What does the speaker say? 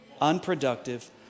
Unproductive